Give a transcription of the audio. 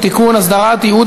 כי עבורנו הקיום הפיזי הוא חשוב,